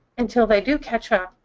until they do catch up,